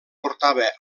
portava